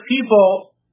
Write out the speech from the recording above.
people